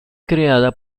creada